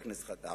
מה